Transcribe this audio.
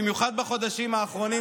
במיוחד בחודשים האחרונים,